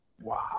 Wow